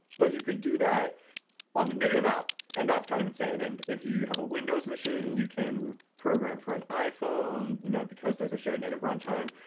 but you could do that on a native app, and that's kind of insane. and if you have a windows machine, you can program for an iphone, iphone, you know because there's a share native runtime.